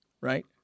right